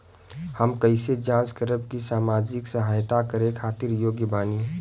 हम कइसे जांच करब की सामाजिक सहायता करे खातिर योग्य बानी?